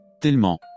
Tellement